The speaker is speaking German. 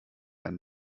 einen